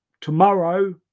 tomorrow